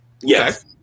Yes